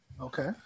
Okay